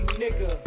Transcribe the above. nigga